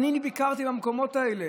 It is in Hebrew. אני ביקרתי במקומות האלה.